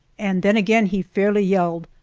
and then again he fairly yelled,